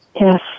Yes